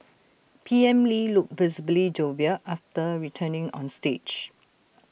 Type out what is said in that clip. P M lee looked visibly jovial after returning on stage